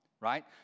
right